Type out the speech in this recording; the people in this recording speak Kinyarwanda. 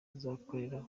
azakora